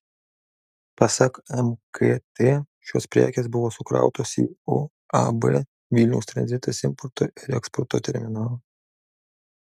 pasak mkt šios prekės buvo sukrautos į uab vilniaus tranzitas importo ir eksporto terminalą